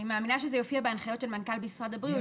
אני מאמינה שזה יופיע בהנחיות של מנכ"ל משרד הבריאות,